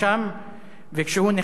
וכשהוא נכנס וראה,